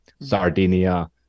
Sardinia